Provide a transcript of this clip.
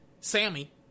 Sammy